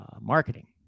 marketing